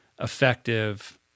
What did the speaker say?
effective